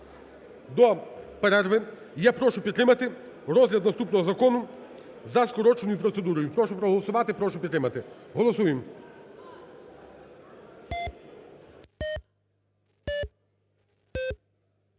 до перерви. Я прошу підтримати розгляд наступного закону за скороченою процедурою. Прошу проголосувати, прошу підтримати. Голосуємо.